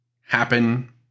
happen